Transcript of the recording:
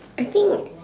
I think